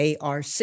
ARC